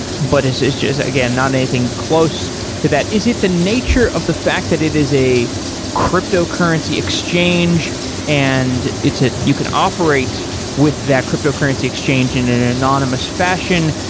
but is is just again not anything close to that. is it the nature of the fact that it is a cryptocurrency exchange and ah you can operate with that cryptocurrency exchange in in anonymous fashion?